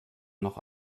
noch